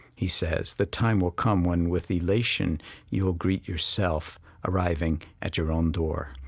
he says, the time will come when with elation you'll greet yourself arriving at your own door,